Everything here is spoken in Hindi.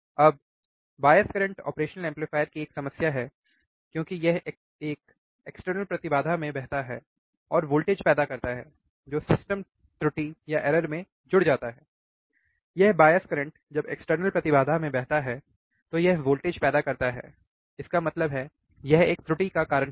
अब बायस करंट ऑपरेशनल एम्पलीफायर की एक समस्या है क्योंकि यह एक्सटर्नल प्रतिबाधा में बहता है और वोल्टेज पैदा करता है जो सिस्टम त्रुटि में जुड़ जाता है यह बायस करंट जब एक्सटर्नल प्रतिबाधा में बहता है तो यह वोल्टेज पैदा करता है इसका मतलब है यह एक त्रुटि का कारण होगा